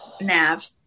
Nav